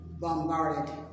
Bombarded